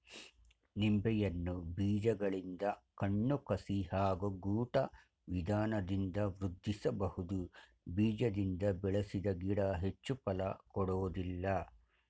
ನಿಂಬೆಯನ್ನು ಬೀಜಗಳಿಂದ ಕಣ್ಣು ಕಸಿ ಹಾಗೂ ಗೂಟ ವಿಧಾನದಿಂದ ವೃದ್ಧಿಸಬಹುದು ಬೀಜದಿಂದ ಬೆಳೆಸಿದ ಗಿಡ ಹೆಚ್ಚು ಫಲ ಕೊಡೋದಿಲ್ಲ